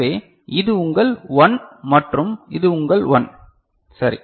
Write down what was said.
எனவே இது உங்கள் 1 மற்றும் இது உங்கள் 1 சரி